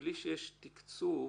בלי שיש תקצוב,